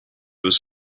was